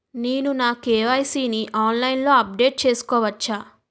నేను నా కే.వై.సీ ని ఆన్లైన్ లో అప్డేట్ చేసుకోవచ్చా?